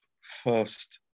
first